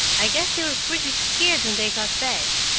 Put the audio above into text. i guess they were pretty scared when they got back.